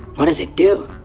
what does it do?